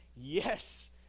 yes